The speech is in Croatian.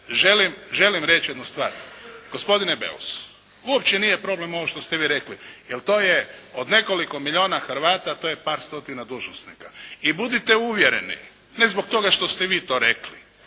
želim reći jednu stvar. Gospodine Beus uopće nije problem ovo što ste vi rekli, jer to je od nekoliko milijuna Hrvata, to je par stotina dužnosnika. I budite uvjereni ne zbog toga što ste vi to rekli